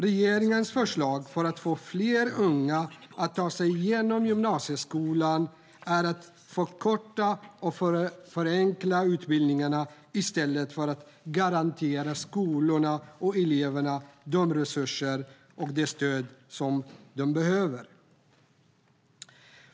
Regeringens förslag för att få fler unga att ta sig igenom gymnasieskolan är att förkorta och förenkla utbildningarna i stället för att garantera skolorna och eleverna de resurser och det stöd som de behöver.